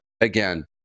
again